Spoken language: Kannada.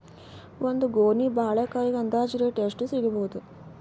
ಒಂದ್ ಗೊನಿ ಬಾಳೆಕಾಯಿಗ ಅಂದಾಜ ರೇಟ್ ಎಷ್ಟು ಸಿಗಬೋದ?